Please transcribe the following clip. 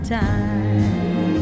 time